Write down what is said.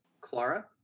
Clara